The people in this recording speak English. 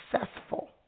successful